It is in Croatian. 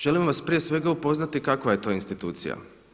Želim vas prije svega upoznati kakva je to institucija.